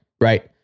right